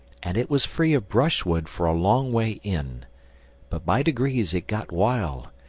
and it was free of brushwood for a long way in but by degrees it got wild,